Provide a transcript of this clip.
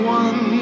one